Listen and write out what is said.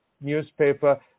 newspaper